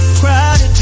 crowded